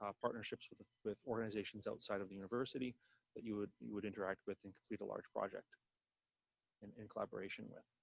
ah partnerships with ah with organizations outside of the university that you would you would interact with and complete a large project in in collaboration with